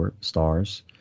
stars